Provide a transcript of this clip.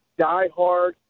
diehard